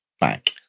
back